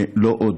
לא עוד.